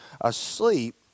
asleep